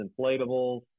inflatables